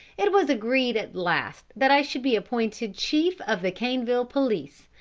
it was agreed at last that i should be appointed chief of the caneville police,